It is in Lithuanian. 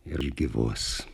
ir gyvuos